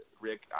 Rick